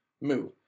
Moo